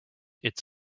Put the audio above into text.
its